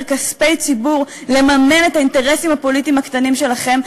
כספי ציבור לממן את האינטרסים הפוליטיים הקטנים שלכם,